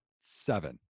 seven